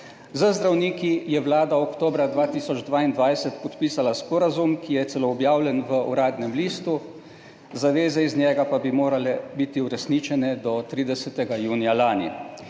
Z zdravniki je Vlada oktobra 2022 podpisala sporazum, ki je celo objavljen v Uradnem listu, zaveze iz njega pa bi morale biti uresničene do 30. junija lani.